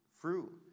fruit